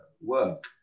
work